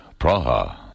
Praha